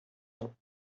ans